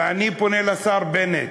ואני פונה לשר בנט,